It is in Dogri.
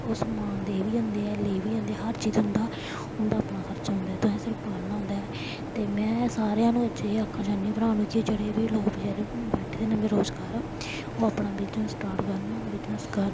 ओह् समान देई बी जंदे ऐ लेई बी जंदे ऐ हर चीज उं'दा उं'दा अपना खर्चा औंदा ऐ तुसें सिर्फ पालना होंदा ऐ ते में सारेआं नू अज्ज एह् आखना चाह्न्नीं भ्रां नू कि जेह्ड़े बी लोग बचैरे बैठे दे न बेरोजगार ओह् अपना बिजनस स्टार्ट करन बिजनस करन